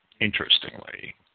interestingly